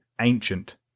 Ancient